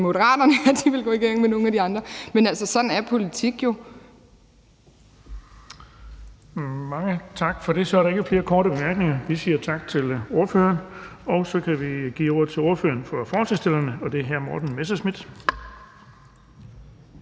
at de ville gå i regering med nogle af de andre. Men altså, sådan er politik jo. Kl. 17:38 Den fg. formand (Erling Bonnesen): Mange tak for det. Så er der ikke er flere korte bemærkninger. Vi siger tak til ordføreren, og så kan vi give ordet til ordføreren for forslagsstillerne, og det er hr. Morten Messerschmidt.